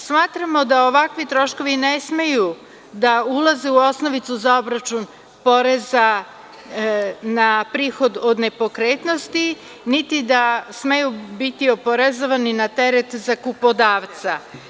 Smatramo da ovakvi troškovi ne smeju da ulaze u osnovicu za obračun poreza na prihod od nepokretnosti, niti da smeju biti oporezovani na teret zakupodavca.